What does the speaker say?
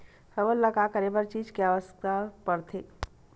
हमन ला करे बर का चीज के आवश्कता परथे?